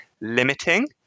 limiting